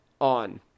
on